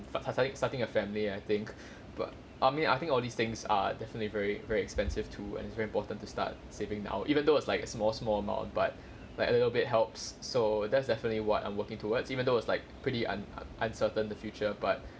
start starting a family I think but I mean I think all these things are definitely very very expensive too and it's very important to start saving now even though it's like a small small amount but like a little bit helps so that's definitely what I'm working towards even though it's like pretty un~ un~ uncertain the future but